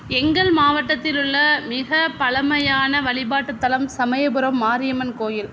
எங்கள் மாவட்டத்தில் உள்ள மிக பழைமையான வழிபாட்டுத்தலம் சமயபுரம் மாரியம்மன் கோயில்